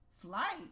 Flight